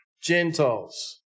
Gentiles